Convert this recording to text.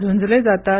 झूंजले जातात